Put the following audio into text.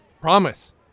Promise